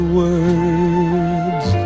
words